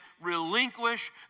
relinquish